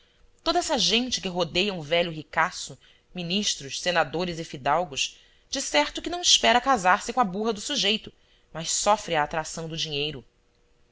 toda essa gente que rodeia um velho ricaço ministros senadores e fidalgos de certo que não espera casar-se com a burra do sujeito mas sofre a atração do dinheiro